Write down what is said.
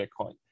Bitcoin